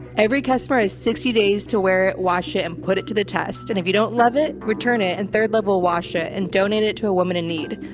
every customer has sixty days to wear it, wash it and put it to the test and if you don't love it, return it. and third level will wash it and donate it to a woman in need.